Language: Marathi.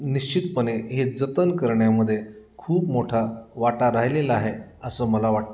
निश्चितपणे हे जतन करण्यामध्ये खूप मोठा वाटा राहिलेला आहे असं मला वाटतं